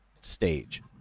stage